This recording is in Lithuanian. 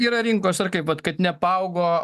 yra rinkos ar kaip vat kad neapaugo